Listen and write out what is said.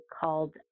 called